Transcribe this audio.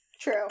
True